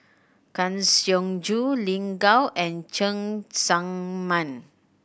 Kang Siong Joo Lin Gao and Cheng Tsang Man